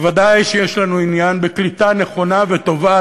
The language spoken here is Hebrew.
ודאי שיש לנו עניין בקליטה נכונה וטובה